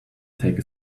take